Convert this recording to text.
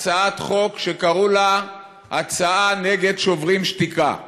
הצעת חוק שקראו לה הצעה נגד "שוברים שתיקה".